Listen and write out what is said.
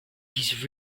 his